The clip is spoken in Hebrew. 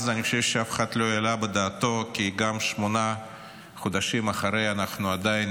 אז אני חושב שאף אחד לא העלה בדעתו כי גם שמונה חודשים אחרי אנחנו עדיין